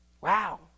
Wow